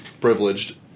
privileged